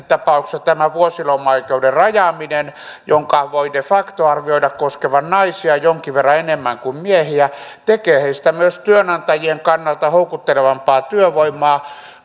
tapauksessa tämä vuosilomaoikeuden rajaaminen jonka voi de facto arvioida koskevan naisia jonkin verran enemmän kuin miehiä tekee heistä myös työnantajien kannalta houkuttelevampaa työvoimaa